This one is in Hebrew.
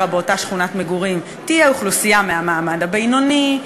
באותה שכונת מגורים תהיה אוכלוסייה מהמעמד הבינוני,